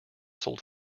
sold